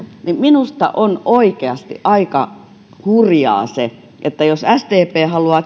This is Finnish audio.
että minusta se on oikeasti aika hurjaa että jos sdp haluaa